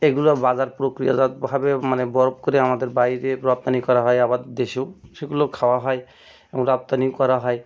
এগুলো বাজার প্রক্রিয়াজাতভাবে মানে বরফ করে আমাদের বাইরে রপ্তানি করা হয় আবার দেশেও সেগুলো খাওয়া হয় এবং রপ্তানি করা হয়